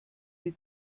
die